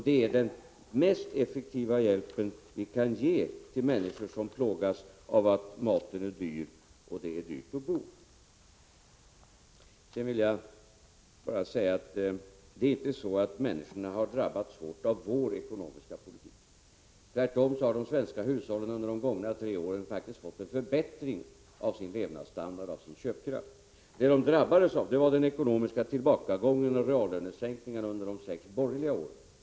Det är den mest effektiva hjälp vi kan ge till människor som plågas av att maten är dyr och att det är dyrt att bo. Sedan vill jag bara säga att människorna ju inte har drabbats hårt av vår ekonomiska politik. Tvärtom har de svenska hushållen under de senaste tre åren faktiskt fått en förbättring av sin köpkraft. Det som de drabbades av var den ekonomiska tillbakagången och reallönesänkningarna under de sex borgerliga regeringsåren.